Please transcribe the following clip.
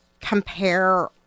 compare